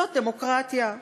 זאת דמוקרטיה.